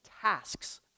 tasks